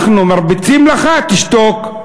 אנחנו מרביצים לך, תשתוק.